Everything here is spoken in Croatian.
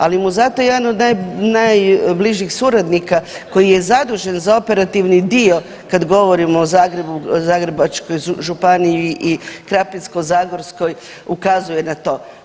Ali mu zato jedan od najbližih suradnika koji je zadužen za operativni dio kad govorimo o Zagrebu, Zagrebačkoj županiji i Krapinsko-zagorskoj ukazuje na to.